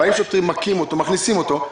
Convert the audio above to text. באים שוטרים, מכים אותו, מכניסים אותו.